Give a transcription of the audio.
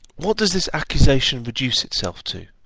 what does this accusation reduce itself to?